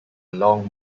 long